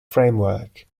framework